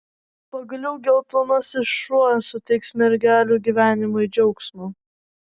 pagaliau geltonasis šuo suteiks mergelių gyvenimui džiaugsmo